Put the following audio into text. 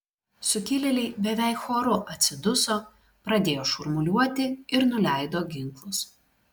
sukilėliai beveik choru atsiduso pradėjo šurmuliuoti ir nuleido ginklus